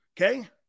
Okay